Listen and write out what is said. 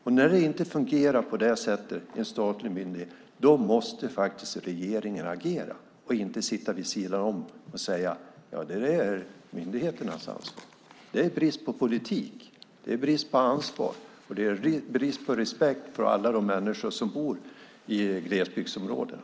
Och när en statlig myndighet inte fungerar på det sättet, då måste faktiskt regeringen agera och inte sitta vid sidan om och säga att det där är myndigheternas ansvar. Det är brist på politik, det är brist på ansvar och det är brist på respekt för alla de människor som bor i glesbygdsområdena.